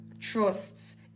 trusts